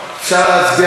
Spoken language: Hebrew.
למה עושים צחוק מהכנסת?